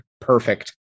perfect